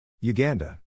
Uganda